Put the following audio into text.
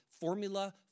formula